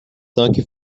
tanque